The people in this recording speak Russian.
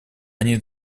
они